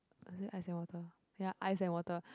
or is it ice and water ya ice and water